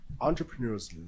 Entrepreneurs